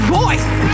voice